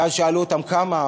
ואז שאלו אותם: כמה?